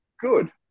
good